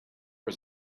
was